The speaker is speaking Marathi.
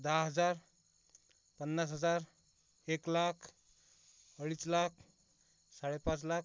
दहा हज्जार पन्नास हजार एक लाख अळीच लाक साळे पाच लाक